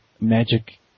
magic